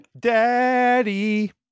Daddy